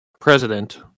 president